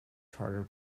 charter